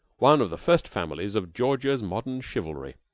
one of the first families of georgia's modern chivalry,